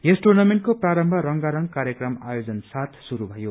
यस टुर्नामेन्टको प्रारम्भ रंगारंग कार्यक्रम आयोजन साथ शुरू भयो